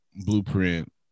Blueprint